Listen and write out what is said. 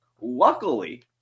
Luckily